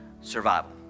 survival